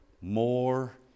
more